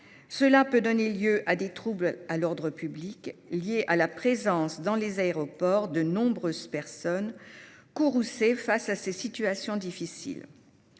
Cela peut donner lieu à des troubles à l'ordre public, liés à la présence dans les aéroports de nombreuses personnes courroucées face à ces situations difficiles.